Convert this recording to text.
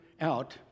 out